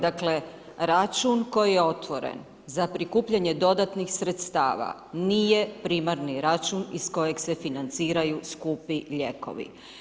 Dakle račun koji je otvoren za prikupljanje dodatnih sredstava nije primarni račun iz kojeg se financiraju skupi lijekovi.